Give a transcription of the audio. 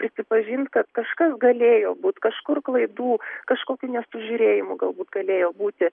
prisipažint kad kažkas galėjo būti kažkur klaidų kažkokių nesužiūrėjimų galbūt galėjo būti